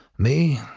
me,